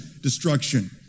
destruction